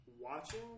Watching